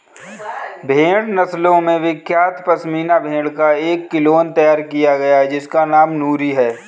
भेड़ नस्लों में विख्यात पश्मीना भेड़ का एक क्लोन तैयार किया गया है जिसका नाम नूरी है